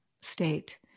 state